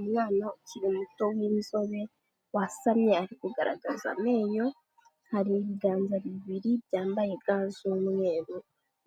Umwana ukiri muto w'inzobe, wasamye ari kugaragaza amenyo, hari ibiganza bibiri byambaye ga z'umweru,